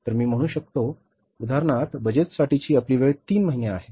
तर मी म्हणू शकतो उदाहरणार्थ बजेटसाठीची आपली वेळ 3 महिने आहे